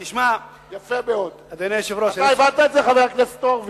אתה הבנת את זה, חבר הכנסת הורוביץ?